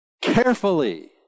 Carefully